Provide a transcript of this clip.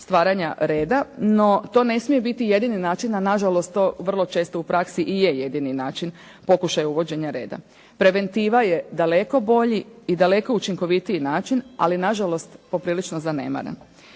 stvaranja reda, no to ne smije biti jedini način, a na žalost to vrlo često u praksi i je jedini način pokušaja uvođenja reda. Preventiva je daleko bolji i daleko učinkovitiji način, ali na žalost poprilično zanemaren.